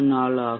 34 ஆகும்